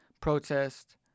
protest